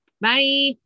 bye